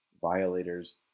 violators